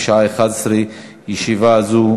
בשעה 11:00. ישיבה זו